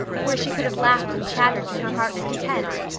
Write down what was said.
where she could have laughed and chattered to her heart's content.